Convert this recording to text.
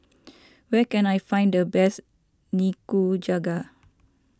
where can I find the best Nikujaga